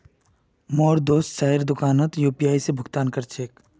मोर दोस्त चाइर दुकानोत यू.पी.आई स भुक्तान कर छेक